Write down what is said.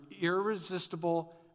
irresistible